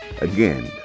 Again